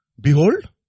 Behold